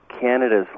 Canada's